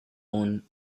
own